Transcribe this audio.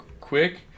quick